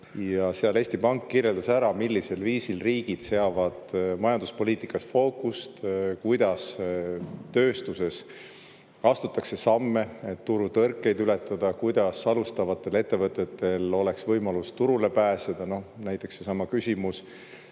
ja seal kirjeldas Eesti Pank, millisel viisil seavad riigid majanduspoliitikas fookust, kuidas tööstuses astutakse samme, et turutõrkeid ületada, kuidas alustavatel ettevõtetel oleks võimalus turule pääseda, näiteks küsimus